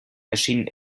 erschienen